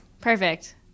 Perfect